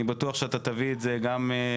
אני בטוח שתביא לוועדה את כישוריך,